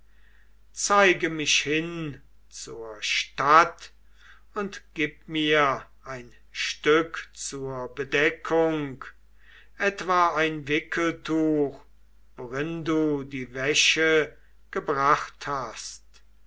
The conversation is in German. zeige mich hin zur stadt und gib mir ein stück zur bedeckung etwa ein wickeltuch worin du die wäsche gebracht hast